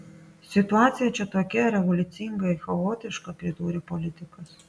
situacija čia tokia revoliucingai chaotiška pridūrė politikas